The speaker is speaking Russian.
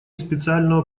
специального